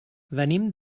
venim